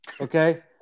okay